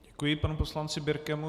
Děkuji panu poslanci Birkemu.